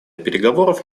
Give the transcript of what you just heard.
переговоров